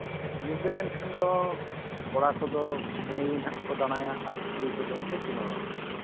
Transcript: ᱧᱤᱫᱟᱹᱭᱮᱱ ᱠᱷᱟᱱ ᱫᱚ ᱠᱚᱲᱟ ᱠᱚᱫᱚ ᱜᱟᱹᱲᱤ ᱦᱟᱸᱜ ᱠᱚ ᱫᱟᱬᱟᱭᱟ ᱟᱨ ᱠᱩᱲᱤ ᱠᱚᱫᱚ ᱠᱚ ᱪᱩᱢᱟᱹᱲᱟ ᱠᱚᱣᱟ